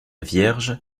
vierge